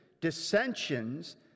dissensions